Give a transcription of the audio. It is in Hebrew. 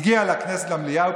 היא הגיעה לכנסת למליאה.